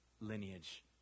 lineage